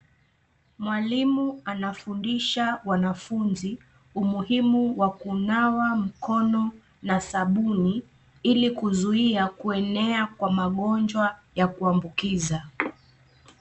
Mwalimu anafundisha wanafunzi, umuhimu wa kunawa mkono na sabuni, ili kuzuia kuenea kwa magonjwa ya kuambukiza.